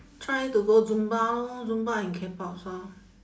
try to go zumba lor zumba and Kpops lor